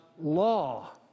law